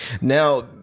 Now